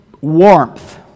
warmth